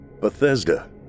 Bethesda